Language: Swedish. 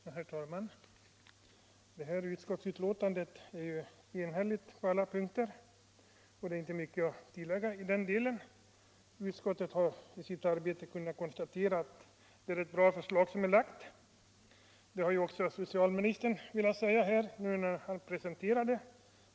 Herr talman! Utskottets betänkande är enhälligt på alla punkter, och det är inte mycket att tillägga. Utskottet har vid sitt arbete kunnat konstatera att det är ett bra förslag som framlagts i propositionen, och det har ju också socialministern velat säga när han har presenterat det.